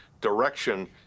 direction